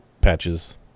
patches